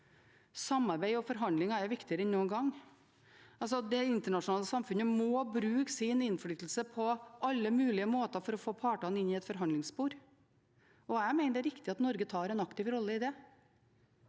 samarbeid og forhandlinger viktigere enn noen gang. Det internasjonale samfunnet må bruke sin innflytelse på alle mulige måter for å få partene inn i et forhandlingsspor. Jeg mener det er riktig at Norge tar en aktiv rolle i det,